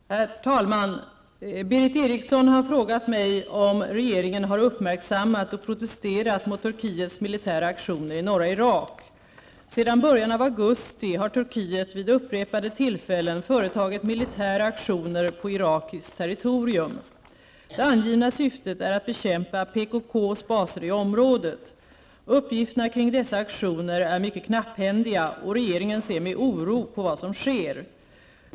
Herr talman! Berith Eriksson har frågat mig om regeringen har uppmärksammat och protesterat mot Turkiets militära aktioner i norra Irak. Sedan början av augusti har Turkiet vid upprepade tillfällen företagit militära aktioner på irakiskt territorium. Det angivna syftet är att bekämpa PKKs baser i området. Uppgifterna kring dessa aktioner är mycket knapphändiga. Regeringen ser med oro på vad som sker.